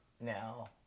now